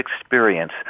experience